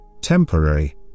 Temporary